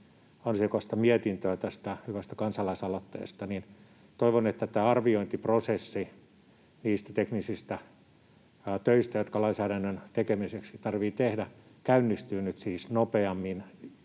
ansiokasta mietintöä tästä hyvästä kansalaisaloitteesta, ja toivon, että tämä arviointiprosessi niistä teknisistä töistä, jotka lainsäädännön tekemiseksi tarvitsee tehdä, käynnistyy nyt siis nopeammin